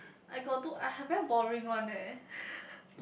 I got do I very boring one eh